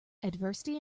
adversity